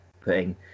putting